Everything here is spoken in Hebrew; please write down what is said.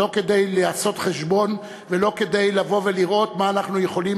לא כדי לעשות חשבון ולא כדי לבוא לראות מה אנחנו יכולים